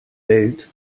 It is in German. welt